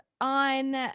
on